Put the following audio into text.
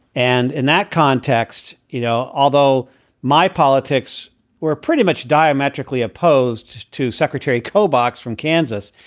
and in that context, you know, although my politics were pretty much diametrically opposed to secretary coh box from kansas.